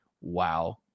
wow